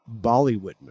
Bollywood